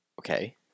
Okay